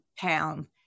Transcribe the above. town